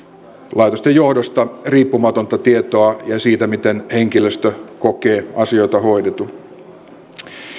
laitosten johdosta riippumatonta tietoa ja tietoa siitä miten henkilöstö kokee asioita hoidetun